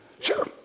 Sure